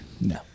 No